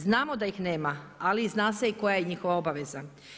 Znamo da ih nema, ali zna se i koja je njihova obaveza.